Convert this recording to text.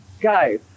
guys